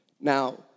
Now